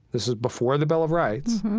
this was before the bill of rights,